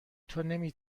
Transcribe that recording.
توانی